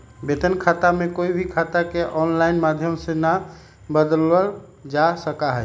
वेतन खाता में कोई भी खाता के आनलाइन माधम से ना बदलावल जा सका हई